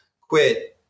quit